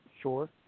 Sure